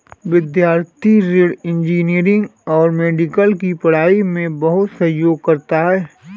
विद्यार्थी ऋण इंजीनियरिंग और मेडिकल की पढ़ाई में बहुत सहयोग करता है